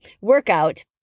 workout